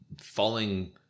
falling